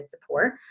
support